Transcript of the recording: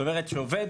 עובד